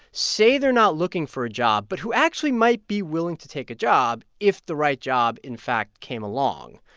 say they're not looking for a job but who actually might be willing to take a job if the right job, in fact, came along,